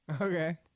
Okay